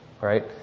right